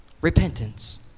Repentance